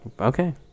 okay